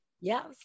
Yes